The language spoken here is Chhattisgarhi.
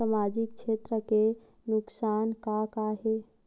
सामाजिक क्षेत्र के नुकसान का का हे?